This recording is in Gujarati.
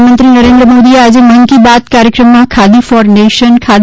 પ્રધાનમંત્રી નરેન્દ્ર મોદીએ આજે મન કી બાત કાર્યક્રમમાં ખાદી ફોર નેશન ખાદી